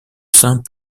saint